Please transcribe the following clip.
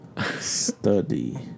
study